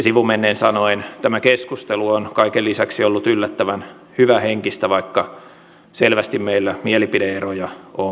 sivumennen sanoen tämä keskustelu on kaiken lisäksi ollut yllättävän hyvähenkistä vaikka selvästi meillä mielipide eroja onkin